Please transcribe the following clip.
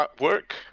work